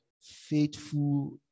faithful